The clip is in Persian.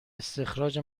استخراج